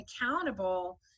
accountable